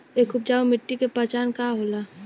एक उपजाऊ मिट्टी के पहचान का होला?